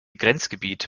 grenzgebiet